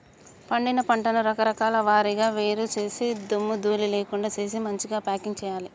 పండిన పంటను రకాల వారీగా వేరు చేసి దుమ్ము ధూళి లేకుండా చేసి మంచిగ ప్యాకింగ్ చేయాలి